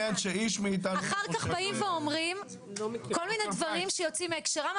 אחר כך אומרים כל מיני דברים שיוצאים מהקשרם.